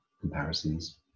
comparisons